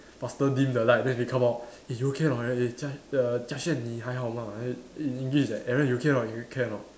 faster dim the light then they come out eh you okay or not eh Jia err Jia Xuan 你还好吗 in in English eh Aaron you okay or not you okay or not